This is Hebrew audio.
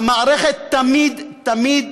המערכת תמיד, תמיד,